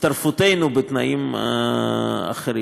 הצטרפותנו בתנאים אחרים.